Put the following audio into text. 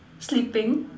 sleeping